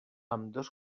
ambdós